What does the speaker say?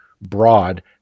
broad